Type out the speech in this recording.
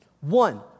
One